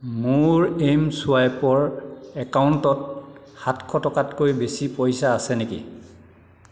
মোৰ এম চুৱাইপৰ একাউণ্টত সাতশ টকাতকৈ বেছি পইচা আছে নেকি